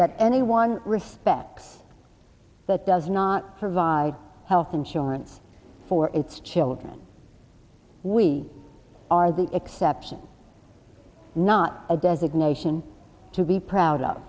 that anyone respects that does not provide health insurance for its children we are the exception not a designation to be proud of